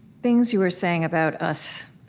things you were saying about us,